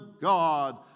God